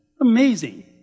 Amazing